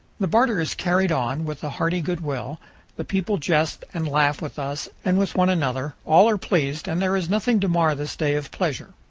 the barter is carried on with a hearty good will the people jest and laugh with us and with one another all are pleased, and there is nothing to mar this day of pleasure.